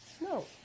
No